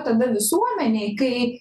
tada visuomenei kai